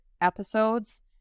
episodes